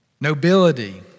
Nobility